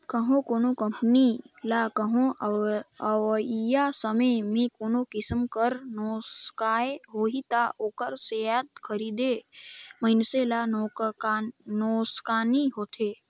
कहों कोनो कंपनी ल कहों अवइया समे में कोनो किसिम कर नोसकान होही ता ओकर सेयर खरीदे मइनसे ल नोसकानी होथे